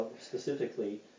specifically